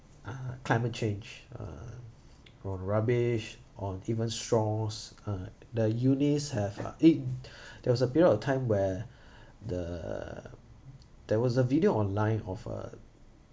uh climate change uh on rubbish on even straws uh the unis have uh eight there was a period of time where the there was a video online of a